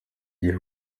igihe